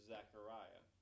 Zechariah